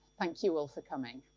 thank you all for coming.